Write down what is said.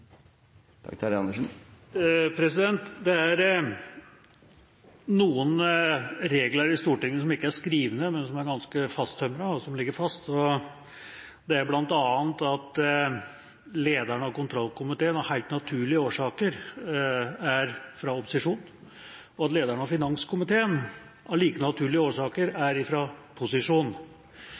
noen regler i Stortinget som ikke er skrevet, men som er ganske fasttømrete, og som ligger fast. Det er bl.a. at lederen av kontrollkomiteen av helt naturlige årsaker er fra opposisjon, og at lederen av finanskomiteen av like naturlige årsaker er